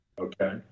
okay